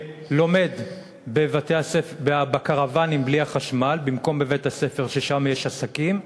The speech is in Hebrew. שלומדים בקרוונים בלי החשמל במקום בבית-הספר שבו יש עסקים,